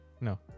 No